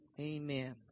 Amen